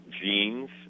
genes